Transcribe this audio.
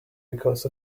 because